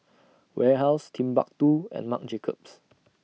Warehouse Timbuk two and Marc Jacobs